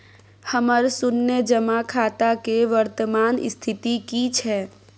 हमर शुन्य जमा खाता के वर्तमान स्थिति की छै?